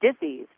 disease